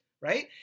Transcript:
right